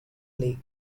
lake